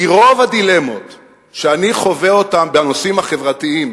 כי רוב הדילמות שאני חווה בנושאים החברתיים